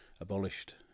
abolished